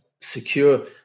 secure